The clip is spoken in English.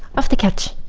off the couch.